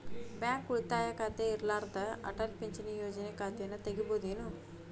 Bank ಉಳಿತಾಯ ಖಾತೆ ಇರ್ಲಾರ್ದ ಅಟಲ್ ಪಿಂಚಣಿ ಯೋಜನೆ ಖಾತೆಯನ್ನು ತೆಗಿಬಹುದೇನು?